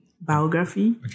biography